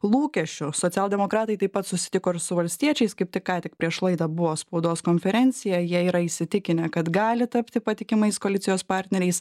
lūkesčių socialdemokratai taip pat susitiko ir su valstiečiais kaip tik ką tik prieš laidą buvo spaudos konferenciją jie yra įsitikinę kad gali tapti patikimais koalicijos partneriais